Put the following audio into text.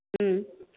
হ্যাঁ